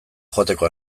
joateko